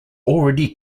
already